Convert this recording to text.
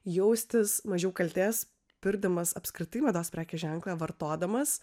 jaustis mažiau kaltės pirkdamas apskritai mados prekės ženklą vartodamas